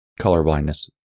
colorblindness